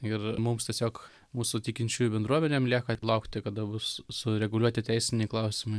ir mums tiesiog mūsų tikinčiųjų bendruomenėm lieka laukti kada bus sureguliuoti teisiniai klausimai